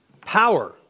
Power